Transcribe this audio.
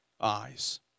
eyes